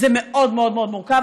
זה מאוד מאוד מאוד מורכב.